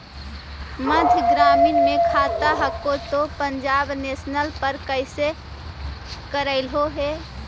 मध्य ग्रामीण मे खाता हको तौ पंजाब नेशनल पर कैसे करैलहो हे?